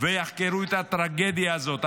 ויחקרו את הטרגדיה הזאת.